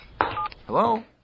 Hello